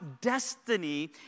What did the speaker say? destiny